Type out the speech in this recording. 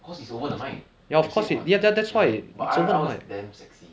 cause it's over the mic the same what ya but I I was damn sexy